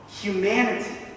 humanity